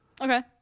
okay